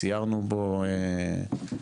סיירנו בו,